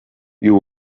you